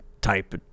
type